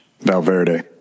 Valverde